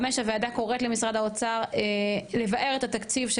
הוועדה קוראת למשרד האוצר לבאר את התקציב של